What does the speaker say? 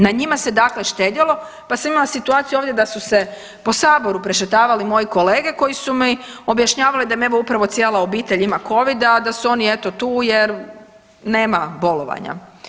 Na njima se dakle štedjelo, pa sam imala situaciju ovdje da su se po saboru prešetavali moji kolege koji su mi objašnjavali da im upravo evo cijela obitelj ima Covid, a da su oni eto tu jer nema bolovanja.